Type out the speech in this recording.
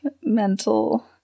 mental